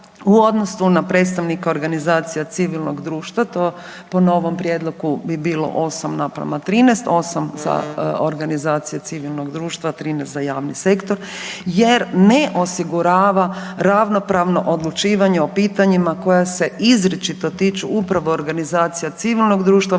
u odnosu na predstavnike organizacije civilnog društva, to po novom prijedlogu bi bilo 8:13, 8 za organizacije civilnost društva, a 13 za javni sektor jer ne osigurava ravnopravno odlučivanje o pitanjima koja se izričito tiču upravo organizacija civilnog društva